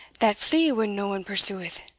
that flee when no one pursueth.